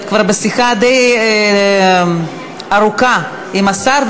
את כבר בשיחה די ארוכה עם השר,